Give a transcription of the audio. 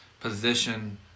position